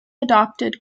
adopted